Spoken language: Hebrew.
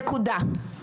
נקודה.